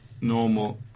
normal